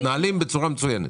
אתם מתנהלים בצורה מצוינת.